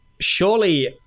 surely